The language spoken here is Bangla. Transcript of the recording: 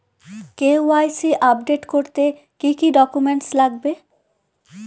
কে.ওয়াই.সি আপডেট করতে কি কি ডকুমেন্টস লাগবে?